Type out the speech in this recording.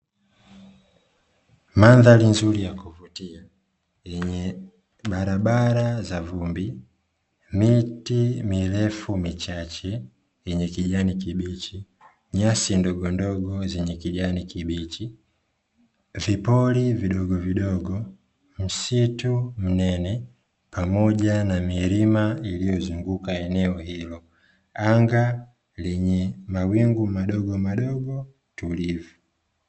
Madhari nzuri ya kuvutia yenye barabara za vumbi ,miti mirefu michache yenye kijani kibichi ,nyasi ndogondogo zenye kijani kibichi ,vipuli vidogo ,msitu mnene, pamoaja na milima iliyozunguka eneo hilo ,anga lenye mawingu madogo madogo tulivyu.